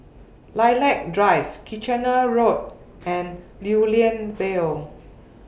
Lilac Drive Kitchener Road and Lew Lian Vale